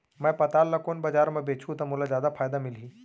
मैं पताल ल कोन बजार म बेचहुँ त मोला जादा फायदा मिलही?